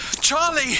Charlie